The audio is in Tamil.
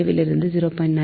55 லிருந்து 0